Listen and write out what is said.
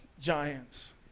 giants